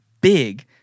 big